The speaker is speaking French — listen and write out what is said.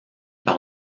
par